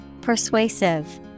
Persuasive